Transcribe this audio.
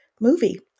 movie